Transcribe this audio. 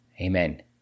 Amen